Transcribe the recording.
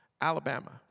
Alabama